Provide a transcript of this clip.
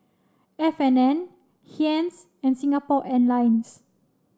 F and N Heinz and Singapore Airlines